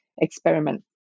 experiment